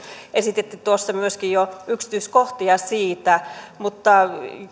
esititte tuossa myöskin jo yksityiskohtia siitä mutta